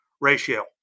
ratio